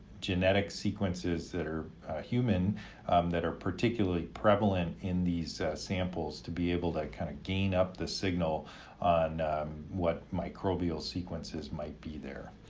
genetic sequences that are human that are particularly prevalent in these samples to be able to kind of gain up the signal on what microbial sequences might be there.